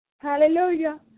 hallelujah